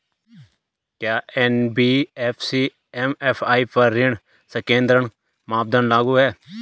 क्या NBFC MFI पर ऋण संकेन्द्रण मानदंड लागू हैं?